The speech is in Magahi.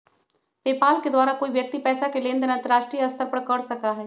पेपाल के द्वारा कोई व्यक्ति पैसा के लेन देन अंतर्राष्ट्रीय स्तर पर कर सका हई